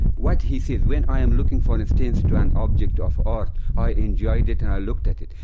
what he says. when i am looking for instance to an object of art i enjoyed it and i looked at it.